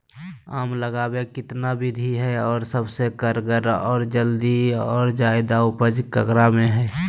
आम लगावे कितना विधि है, और सबसे कारगर और जल्दी और ज्यादा उपज ककरा में है?